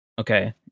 Okay